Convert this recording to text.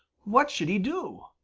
what should he do?